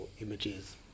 images